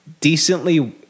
decently